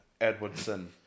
Edwardson